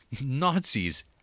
Nazis